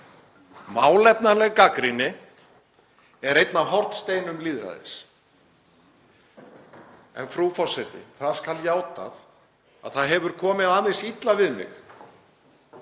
Málefnaleg gagnrýni er einn af hornsteinum lýðræðis. En, frú forseti, það skal játað að það hefur komið aðeins illa við mig